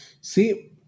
See